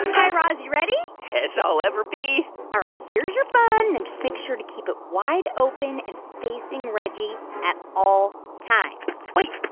guy raz. you ready? as i'll ever be all right. here's your bun. now just make sure to keep it wide open and facing reggie at all times wait.